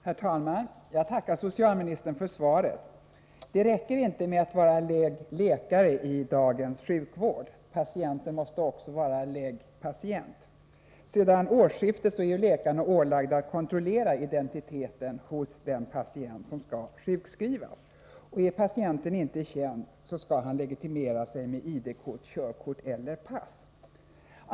Herr talman! Jag tackar socialministern för svaret. Det räcker inte med att läkaren måste vara leg. läkare i dagens sjukvård — patienten måste också vara leg. patient. Sedan årskiftet är nämligen läkarna ålagda att kontrollera identiteten hos den patient som skall sjukskrivas. Är patienten inte känd, skall han legitimera sig med ID-kort, körkort eller pass.